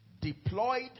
deployed